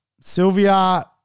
Sylvia